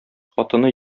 хатыны